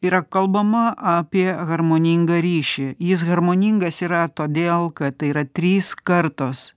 yra kalbama apie harmoningą ryšį jis harmoningas yra todėl kad tai yra trys kartos